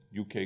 UK